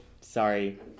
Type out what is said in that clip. sorry